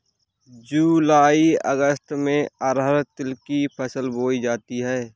जूलाई अगस्त में अरहर तिल की फसल बोई जाती हैं